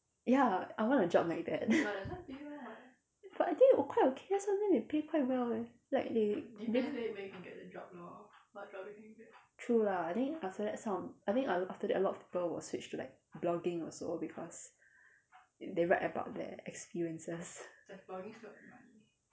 ya I want a job like that but I think quite okay sometime they pay quite well eh like they true lah I think after that some I think after that a lot of people will switch to like blogging also because they write about their experiences